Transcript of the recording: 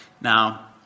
Now